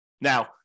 Now